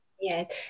Yes